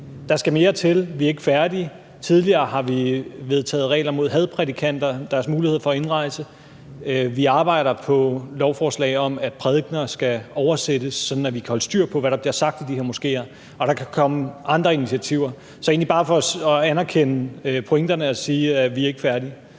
Der skal mere til. Vi er ikke færdige. Tidligere har vi vedtaget regler mod hadprædikanter, deres mulighed for indrejse. Vi arbejder på lovforslag om, at prædikener skal oversættes, sådan at vi kan holde styr på, hvad der bliver sagt i de her moskeer, og der kan komme andre initiativer. Så det er egentlig bare for at anerkende pointerne og sige, at vi ikke er færdige.